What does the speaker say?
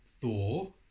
Thor